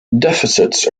deficits